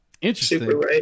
Interesting